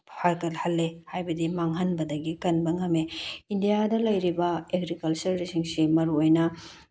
ꯐꯒꯠꯍꯜꯂꯤ ꯍꯥꯏꯕꯗꯤ ꯃꯥꯡꯍꯟꯕꯗꯒꯤ ꯀꯟꯕ ꯉꯝꯃꯦ ꯏꯟꯗꯤꯌꯥꯗ ꯂꯩꯔꯤꯕ ꯑꯦꯒ꯭ꯔꯤꯀꯜꯆꯔꯁꯤꯡꯁꯤ ꯃꯔꯨ ꯑꯣꯏꯅ